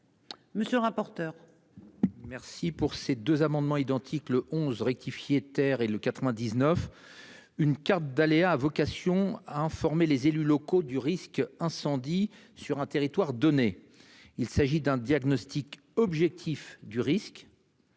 Monsieur le rapporteur. Merci pour ces deux amendements identiques, le 11 rectifié terre et le 99. Une carte d'aléa a vocation à informer les élus locaux du risque incendie sur un territoire donné. Il s'agit d'un diagnostic objectif du risque.